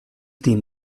team